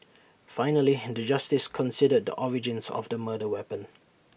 finally the justice considered the origins of the murder weapon